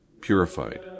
purified